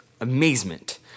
Amazement